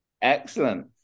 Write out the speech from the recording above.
Excellent